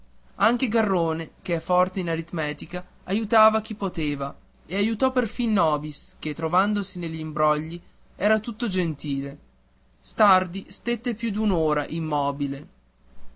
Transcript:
anche garrone che è forte in aritmetica aiutava chi poteva e aiutò perfin nobis che trovandosi negli imbrogli era tutto gentile stardi stette per più d'un'ora immobile